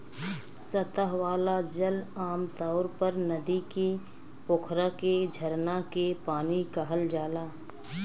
सतह वाला जल आमतौर पर नदी के, पोखरा के, झरना के पानी कहल जाला